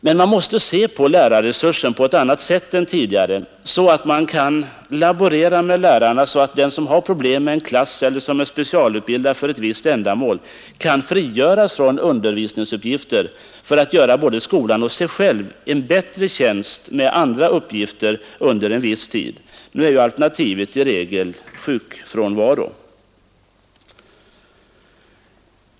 Men man måste se på lärarresursen på ett annat sätt än tidigare, så att man kan laborera med lärarna så att den som har problem med en klass eller som är specialutbildad för ett visst ändamål kan frigöras från undervisningsuppgifter för att göra både skolan och sig själv en bättre tjänst med andra uppgifter under en viss tid. Nu är ju alternativet i regel sjukfrånvaro.